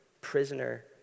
prisoner